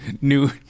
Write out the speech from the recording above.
New